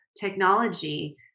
technology